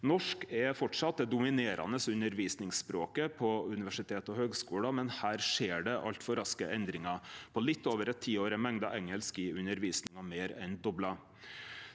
Norsk er framleis det dominerande undervisningsspråket på universitet og høgskular, men her skjer det altfor raske endringar. På litt over eit tiår er mengda engelsk i undervisninga meir enn dobla.